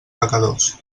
pecadors